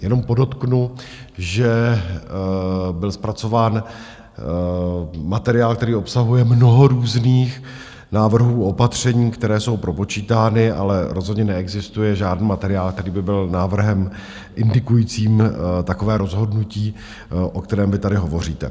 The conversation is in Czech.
Jenom podotknu, že byl zpracován materiál, který obsahuje mnoho různých návrhů, opatření, které jsou propočítány, ale rozhodně neexistuje žádný materiál, který by byl návrhem indikujícím takové rozhodnutí, o kterém vy tady hovoříte.